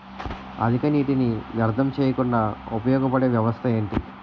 అధిక నీటినీ వ్యర్థం చేయకుండా ఉపయోగ పడే వ్యవస్థ ఏంటి